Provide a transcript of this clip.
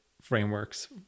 frameworks